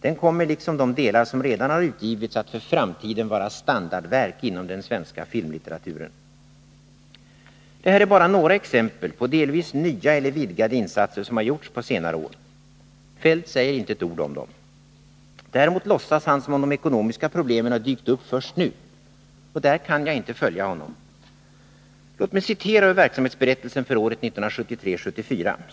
Den kommer, liksom de delar som redan utgivits, att för framtiden bli standardverk inom den svenska filmlitteraturen. Det här är bara några exempel på delvis nya eller vidgade insatser som gjorts på senare år. Kjell-Olof Feldt säger inte ett ord om dessa insatser. Däremot låtsas han som om de ekonomiska problemen dykt upp först nu. Där kan jag inte följa honom. Låt mig citera ur verksamhetsberättelsen för året 1973/74.